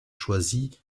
choisi